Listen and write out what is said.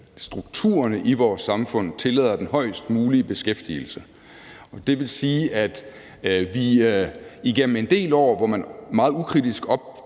strukturerne i vores samfund tillader den højest mulige beskæftigelse, og det vil sige, at efter en del år, hvor man meget ukritisk